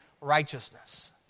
righteousness